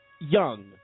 young